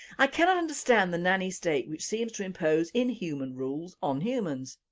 i cannot understand the nanny state which seems to impose inhuman rules on humans.